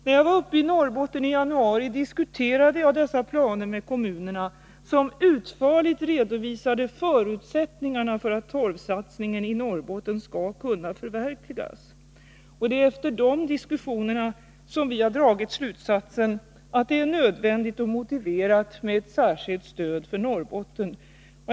När jag var uppe i Norrbotten i januari diskuterade jag dessa planer med kommunerna, som utförligt redovisade förutsättningarna för att torvsatsningen i Norrbotten skall kunna förverkligas. Det är efter dessa diskussioner som vi har dragit slutsatsen att det är nödvändigt och motiverat med ett särskilt stöd för Norrbotten.